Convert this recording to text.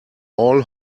all